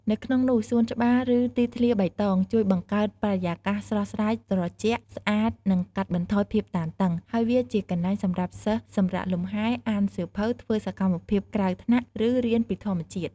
នៅក្នុងនោះសួនច្បារ ឬទីធ្លាបៃតង ជួយបង្កើតបរិយាកាសស្រស់ស្រាយ ត្រជាក់ ស្អាត និងកាត់បន្ថយភាពតានតឹង ហើយវាជាកន្លែងសម្រាប់សិស្សសម្រាកលំហែ អានសៀវភៅ ធ្វើសកម្មភាពក្រៅថ្នាក់ ឬរៀនពីធម្មជាតិ ។